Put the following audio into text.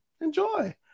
enjoy